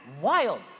wild